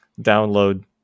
download